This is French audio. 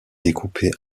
découpée